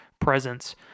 presence